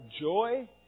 joy